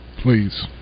please